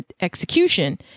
execution